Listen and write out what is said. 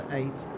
eight